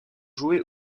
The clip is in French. joués